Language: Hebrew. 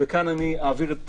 כאן אעביר את